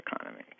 economy